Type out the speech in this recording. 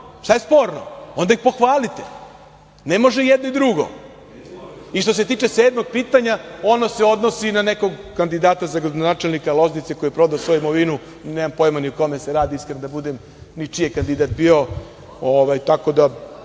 Šta je sporno? Onda ih pohvalite. Ne može jedno i drugo. Što se tiče sedmog pitanja, ono se odnosi na nekog kandidata za gradonačelnika Loznice koji je prodao svoju imovinu i nemam pojma o kome se radi, da budem iskren, i čiji je kandidat bio,